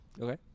Okay